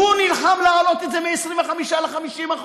הוא נלחם להעלות את זה מ-25% ל-50%,